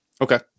Okay